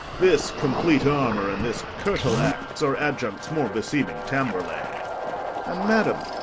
this complete armour and this curtle-axe are adjuncts more beseeming tamburlaine and, madam,